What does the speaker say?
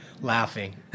laughing